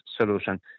solution